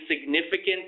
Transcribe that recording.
significant